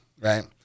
Right